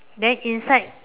then inside